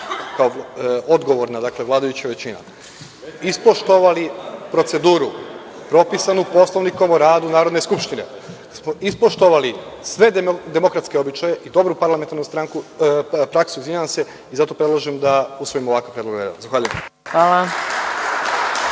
mi odgovorna vladajuća većina ispoštovali proceduru propisanu Poslovnikom o radu Narodne skupštine. Da smo ispoštovali sve demokratske običaje i dobru parlamentarnu praksu i zato predlažem da usvojimo ovakav predlog. Zahvaljujem **Maja